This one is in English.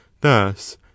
thus